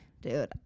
Dude